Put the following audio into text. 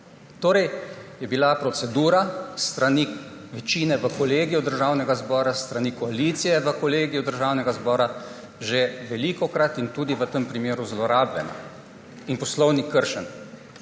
Torej je bila procedura s strani večine na Kolegiju Državnega zbora s strani koalicije na Kolegiju Državnega zbora že velikokrat in tudi v tem primeru zlorabljena in poslovnik kršen.